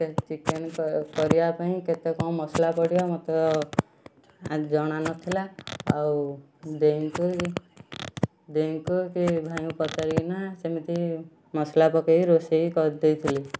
chicken କରିବା ପାଇଁ କେତେ କ'ଣ ମସଲା ପଡ଼ିବ ମତେ ଜଣା ନ ଥିଲା ଆଉ ଦେଇଙ୍କୁ ଦେଇଙ୍କୁ କି ଭାଇଙ୍କୁ ପଚାରିକିନା ସେମିତି ମସଲା ପକେଇ ରୋଷେଇ କରି ଦେଇଥିଲି